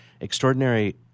extraordinary